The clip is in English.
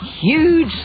huge